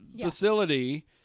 facility